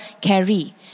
carry